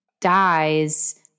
dies